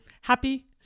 happy